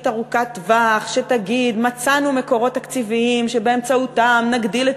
ארוכת-טווח שתגיד: מצאנו מקורות תקציביים שבאמצעותם נגדיל את